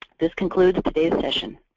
this concludes todays session.